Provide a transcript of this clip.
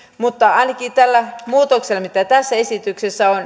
mutta toivon että nyt sitten tällä muutoksella mikä tässä esityksessä on